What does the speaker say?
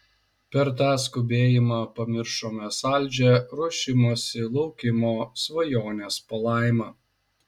per tą skubėjimą pamiršome saldžią ruošimosi laukimo svajonės palaimą